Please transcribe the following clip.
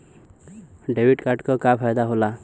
Debit card क का फायदा हो ला?